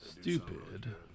Stupid